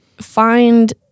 find